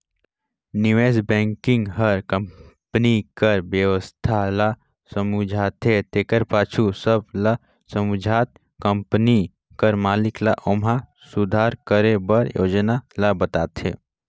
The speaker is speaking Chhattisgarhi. निवेस बेंकिग हर कंपनी कर बेवस्था ल समुझथे तेकर पाछू सब ल समुझत कंपनी कर मालिक ल ओम्हां सुधार करे कर योजना ल बताथे